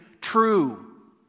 true